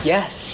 Yes